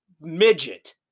midget